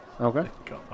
Okay